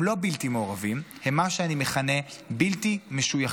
הם לא בלי מעורבים, הם מה שאני מכנה בלתי משויכים.